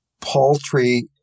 paltry